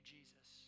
Jesus